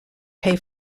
pay